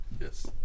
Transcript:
Yes